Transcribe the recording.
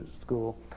school